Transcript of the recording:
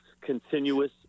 continuous